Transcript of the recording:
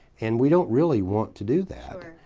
and we don't really want to do that.